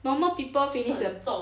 normal people finish the